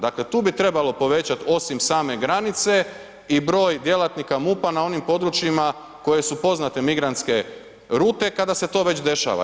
Dakle, tu bi trebalo povećat osim same granice i broj djelatnika MUP-a na onim područjima koje su poznate migrantske rute kada se to već dešava.